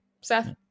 Seth